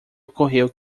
ocorreu